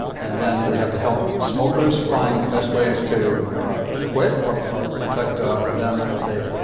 and then, we have to help smokers find the best ways to quit, or or protect ah them as they